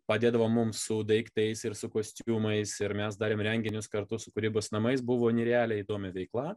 padėdavo mums su daiktais ir su kostiumais ir mes darėm renginius kartu su kūrybos namais buvo nerealiai įdomi veikla